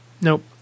Nope